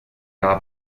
cada